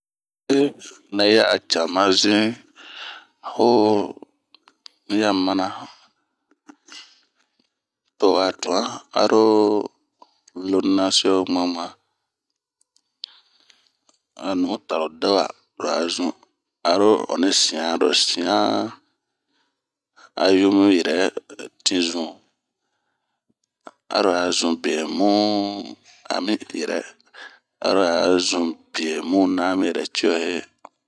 N'yira ni'ere nɛ ya'ac amazin ,ho ya mana to'a tuan aro lo nasi o ŋanŋan, a nuu tarodo wa ro a zun, aro on ni sian, ro sian, a yu miyɛrɛ tinzun, aro ɛ zun biemuu a mi yirɛ.aroɛ zun biemu na miyirɛ cio hee.